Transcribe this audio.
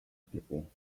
people